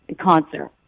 concert